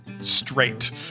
straight